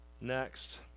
Next